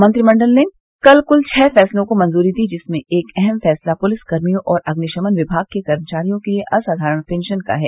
मंत्रिमंडल ने कल कुल छह फैसलों को मंजूरी दी जिसमें एक अहम फैसला पुलिस कर्मियों और अभ्निश्रमन विमाग के कर्मचारियों के लिये असाधारण पेंशन का है